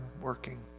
working